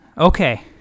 Okay